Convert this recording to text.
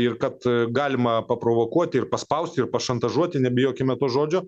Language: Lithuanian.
ir kad galima paprovokuoti ir paspausti ir pašantažuoti nebijokime to žodžio